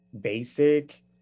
basic